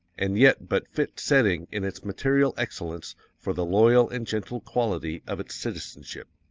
and yet but fit setting in its material excellence for the loyal and gentle quality of its citizenship.